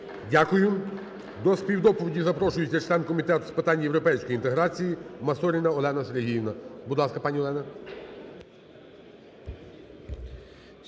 Дякую. До співдоповіді запрошується член Комітету з питань європейської інтеграціі Масоріна Олена Сергіївна. Будь ласка, пані Олено.